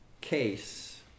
case